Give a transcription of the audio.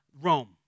Rome